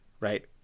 Right